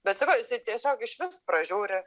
bet sakau jisai tiesiog išvis pražiūri